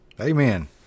Amen